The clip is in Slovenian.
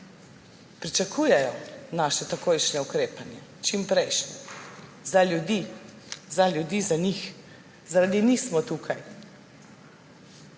Pričakujejo naše takojšne ukrepanje, čim prejšnje. Za ljudi, za njih, zaradi njih smo tukaj.